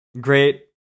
Great